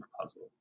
puzzle